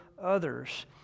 others